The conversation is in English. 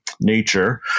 nature